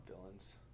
villains